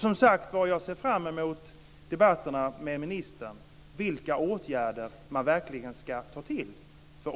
Jag ser fram mot debatterna med ministern och att få veta vilka åtgärder man verkligen ska vidta.